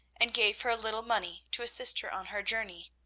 and gave her a little money to assist her on her journey.